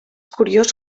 curiós